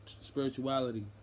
spirituality